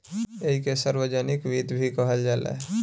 ऐइके सार्वजनिक वित्त भी कहल जाला